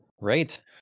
Right